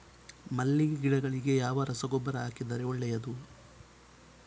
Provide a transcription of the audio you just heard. ಮಲ್ಲಿಗೆ ಗಿಡಗಳಿಗೆ ಯಾವ ರಸಗೊಬ್ಬರ ಹಾಕಿದರೆ ಒಳ್ಳೆಯದು?